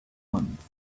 once